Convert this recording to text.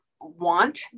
want